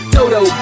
Dodo